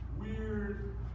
weird